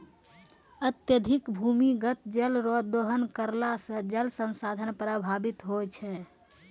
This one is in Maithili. अत्यधिक भूमिगत जल रो दोहन करला से जल संसाधन प्रभावित होय छै